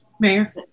Mayor